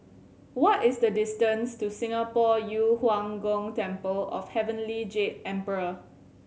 what is the distance to Singapore Yu Huang Gong Temple of Heavenly Jade Emperor